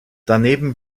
daneben